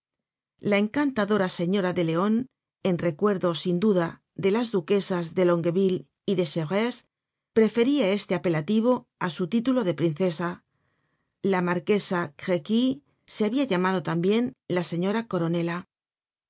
la encantadora señora de leon en recuerdo sin duda de las duquesas de longueville y de chevreuse preferia este apelativo á su título de princesa la marquesa de crequy se habia llamado tambien la señora coronela